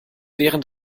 während